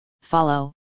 follow